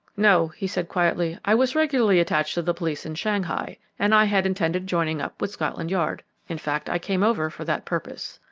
no, he said quietly. i was regularly attached to the police in shanghai, and i had intended joining up with scotland yard in fact, i came over for that purpose.